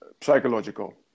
psychological